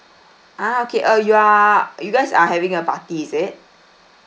ah okay uh you are you guys are having a party is it